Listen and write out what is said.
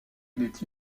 est